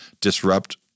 disrupt